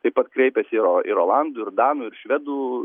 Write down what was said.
taip pat kreipiasi ir ir olandų ir danų ir švedų